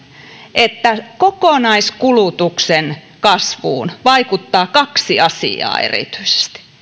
että kokonaiskulutuksen kasvuun vaikuttavat kaksi asiaa erityisesti